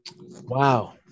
wow